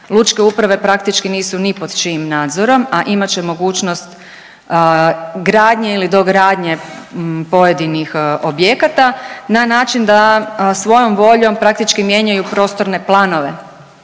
Lučke uprave praktički nisu ni pod čijim nadzorom, a imat će mogućnost gradnje ili dogradnje pojedinih objekata na način da svojom voljom praktički mijenjaju prostorne planove,